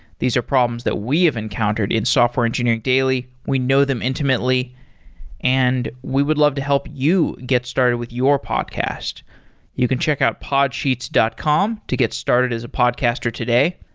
these are problems that we have encountered in software engineering daily. we know them intimately and we would love to help you get started with your podcast you can check out podsheets dot com to get started as a podcaster today.